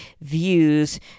views